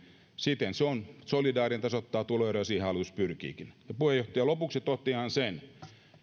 siten se on solidaarinen ja tasoittaa tuloeroja ja siihen hallitus pyrkiikin puheenjohtaja lopuksi totean sen